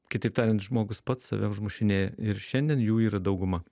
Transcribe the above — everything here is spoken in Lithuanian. kitaip tariant žmogus pats save užmušinėja ir šiandien jų yra dauguma